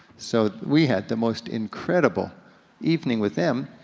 so we had the most incredible evening with them.